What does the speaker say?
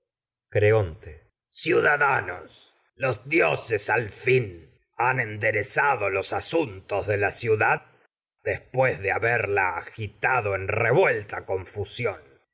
ciudadanos de la los dioses al fin han ende asuntos ciudad después de haberla agi os en revuelta confusión